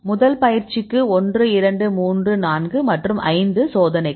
முதல் பயிற்சிக்கு 1 2 3 4 மற்றும் 5 சோதனைக்கு